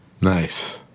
Nice